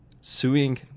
suing